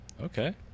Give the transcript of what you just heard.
Okay